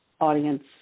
audience